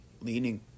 leaning